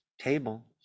table